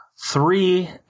three